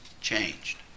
changed